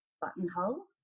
buttonhole